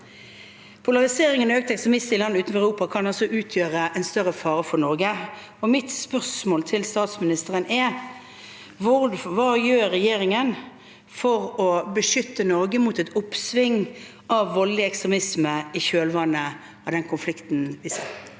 Polarisering og økt ekstremisme i land utenfor Europa kan også utgjøre en større fare for Norge, og mitt spørsmål til statsministeren er: Hva gjør regjeringen for å beskytte Norge mot et oppsving av voldelig ekstremisme i kjølvannet av den konflikten vi ser?